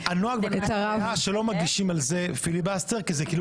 --- הנוהג הוא שלא מגישים על זה פיליבסטר כי זה כאילו